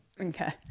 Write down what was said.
Okay